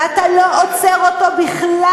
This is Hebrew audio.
ואתה לא עוצר אותו בכלל,